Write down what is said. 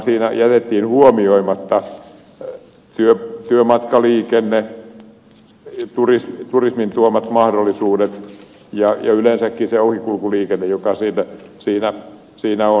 siinä jätettiin huomioimatta nimenomaan työmatkaliikenne turismin tuomat mahdollisuudet ja yleensäkin se ohikulkuliikenne joka siinä on